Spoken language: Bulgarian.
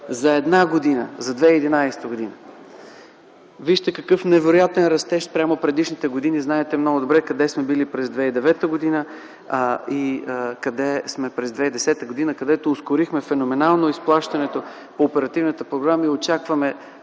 за една година – за 2011 г. Вижте какъв невероятен растеж спрямо предишните години! Знаете много добре къде сме били през 2009 г. и къде сме през 2010 г., когато ускорихме феноменално разплащането по оперативните програми! Очакваме